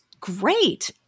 great